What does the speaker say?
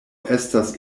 estas